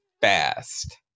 fast